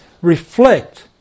reflect